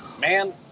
man